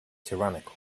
tyrannical